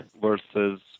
versus